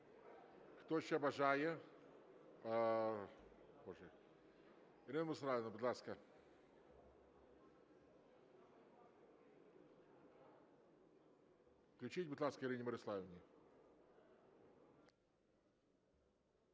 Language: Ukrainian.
хто ще бажає? Ірина Мирославівна, будь ласка. Включіть, будь ласка, Ірині Мирославівні.